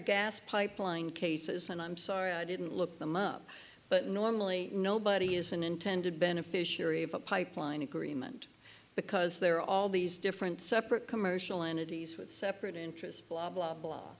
gas pipeline cases and i'm sorry i didn't look them up but normally nobody is an intended beneficiary of a pipeline agreement because there are all these different separate commercial entities with separate interests blah blah blah